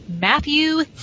Matthew